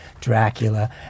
Dracula